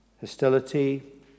hostility